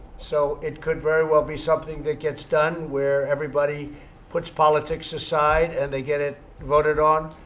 so it could very well be something that gets done where everybody puts politics aside and they get it voted on.